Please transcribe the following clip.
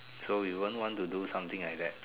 so you won't want to do something like that